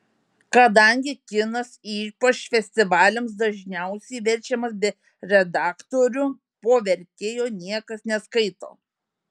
kadangi kinas ypač festivaliams dažniausiai verčiamas be redaktorių po vertėjo niekas neskaito